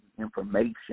information